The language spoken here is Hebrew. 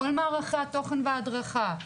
כל מערכי התוכן וההדרכה.